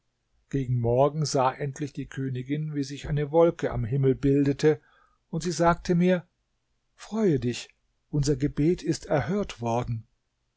gegen morgen sah endlich die königin wie sich eine wolke am himmel bildete und sie sagte mir freue dich unser gebet ist erhört worden